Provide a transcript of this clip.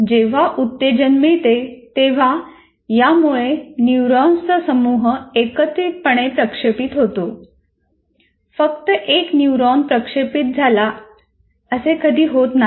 जेव्हा उत्तेजन मिळते तेव्हा यामुळे न्यूरॉन्सचा समूह एकत्रितपणे प्रक्षेपित होतो